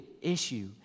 issue